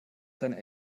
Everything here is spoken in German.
deine